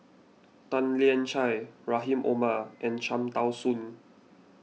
Tan Lian Chye Rahim Omar and Cham Tao Soon